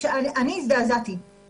שאני הזדעזעתי.